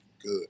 good